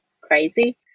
crazy